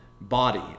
body